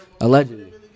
Allegedly